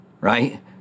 right